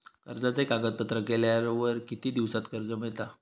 कर्जाचे कागदपत्र केल्यावर किती दिवसात कर्ज मिळता?